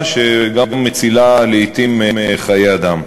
שגם מצילה לעתים חיי אדם.